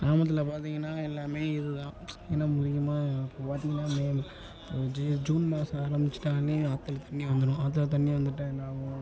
கிராமத்தில் பார்த்திங்கனா எல்லாமே இது தான் என்ன இப்போ பார்த்திங்கனா மே இது ஜூன் மாதம் ஆரம்பிச்சிட்டால் ஆத்தில் தண்ணி வந்துடும் ஆத்தில் தண்ணி வந்துட்டால் என்ன ஆகும்